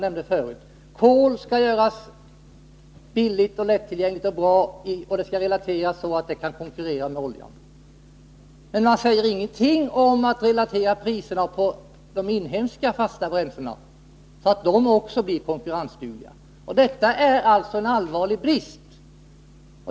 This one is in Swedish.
99 Kol skall göras billigt, lättillgängligt och bra, och priset skall sättas så att kol kan konkurrera med olja. Men man säger ingenting om att relatera priserna på de inhemska fasta bränslena så att de också blir konkurrensdugliga. Detta är en allvarlig brist.